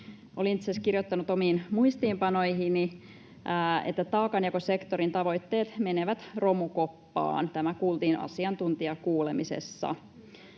kirjoittanut omiin muistiinpanoihini, että taakanjakosektorin tavoitteet menevät romukoppaan — tämä kuultiin asiantuntijakuulemisessa.